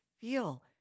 feel